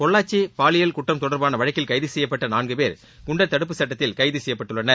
பொள்ளாச்சி பாலியல் குற்றம் தொடர்பான வழக்கில் கைது செய்யப்பட்ட நான்கு பேர் குண்டர் தடுப்புச் சட்டத்தில் கைது செய்யப்பட்டுள்ளனர்